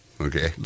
Okay